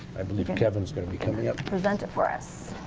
i believe kevin is going to be coming up. present it for us.